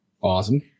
Awesome